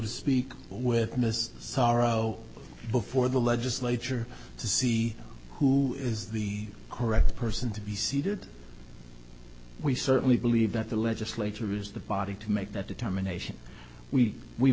to speak with miss sorrow before the legislature to see who is the correct person to be seated we certainly believe that the legislature has the body to make that determination we we